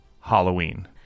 Halloween